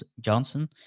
Johnson